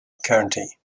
county